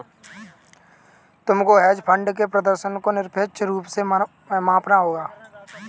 तुमको hedge fund के प्रदर्शन को निरपेक्ष रूप से मापना होगा